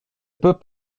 peux